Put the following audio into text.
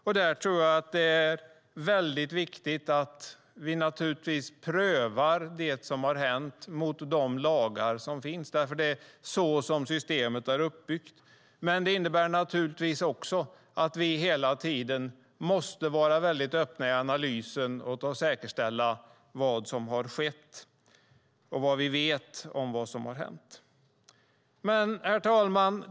Jag tror att det är viktigt att vi prövar det som har hänt mot de lagar som finns. Det är så systemet är uppbyggt. Men det innebär också att vi hela tiden måste vara öppna i analysen och säkerställa vad som har skett och vad vi vet om vad som har hänt. Herr talman!